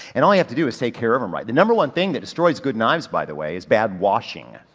and all you have to do is take care of them right. the number one thing that destroys good knives by the way is bad washing.